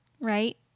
right